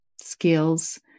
skills